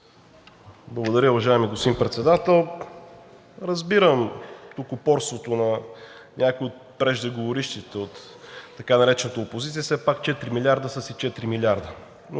Благодаря, уважаеми господин Председател. Разбирам упорството на някои от преждеговорившите от така наречената опозиция. Все пак четири милиарда са си четири милиарда, но